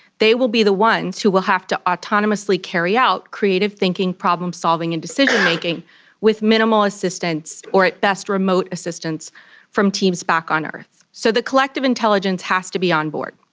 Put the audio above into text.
they will be the ones who will have to autonomously carry out creative thinking, problem solving and decision making with minimal assistance or at best remote assistance from teams back on earth. so the collective intelligence has to be on board.